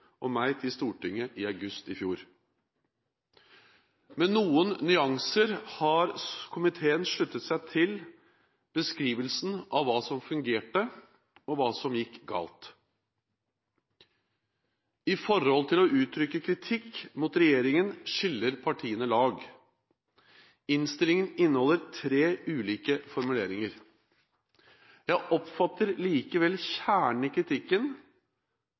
og meg til Stortinget i august i fjor. Med noen nyanser har komiteen sluttet seg til beskrivelsen av hva som fungerte, og hva som gikk galt. I forhold til å uttrykke kritikk mot regjeringen skiller partiene lag. Innstillingen inneholder tre ulike formuleringer. Jeg oppfatter likevel at kjernen i kritikken